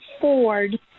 Ford